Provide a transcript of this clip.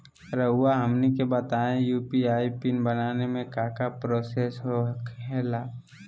रहुआ हमनी के बताएं यू.पी.आई पिन बनाने में काका प्रोसेस हो खेला?